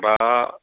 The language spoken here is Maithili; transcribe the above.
हमरा